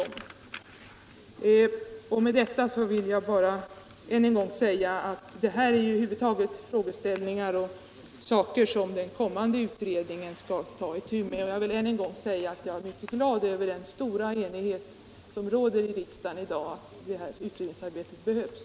Efter att ha sagt detta vill jag bara hänvisa till att det här är frågeställningar som den kommande utredningen skall ta itu med. Jag vill än en gång säga att jag är mycket glad över den stora enighet som råder i riksdagen i dag om att detta utredningsarbete behövs.